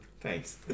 Thanks